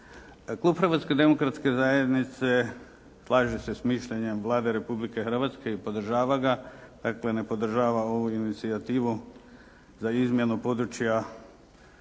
Klub Hrvatske demokratske zajednice slaže se s mišljenjem Vlade Republike Hrvatske i podržava ga, dakle ne podržava ovu inicijativu za izmjenu područja županija,